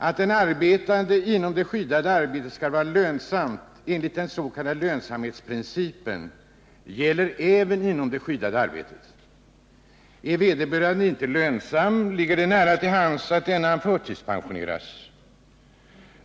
Att den arbetande skall vara lönsam enligt den s.k. lönsamhetsprincipen gäller även inom det skyddade arbetet. Är han inte lönsam ligger det nära till hands att han förtidspensioneras.